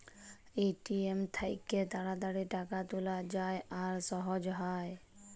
ATM থ্যাইকে তাড়াতাড়ি টাকা তুলা যায় আর সহজে হ্যয়